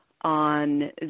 on